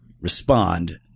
respond